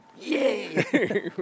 yay